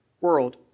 world